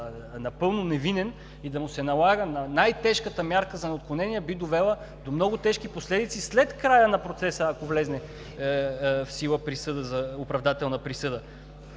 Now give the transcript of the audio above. напълно невинен и да му се налага най-тежката мярка за неотклонение и би довела до много тежки последици след края на процеса, ако влезе в сила оправдателна присъда.